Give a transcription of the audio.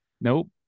Nope